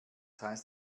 heißt